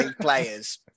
players